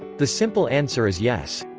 the simple answer is yes.